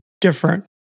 different